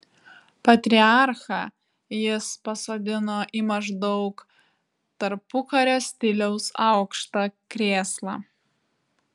patriarchą jis pasodino į maždaug tarpukario stiliaus aukštą krėslą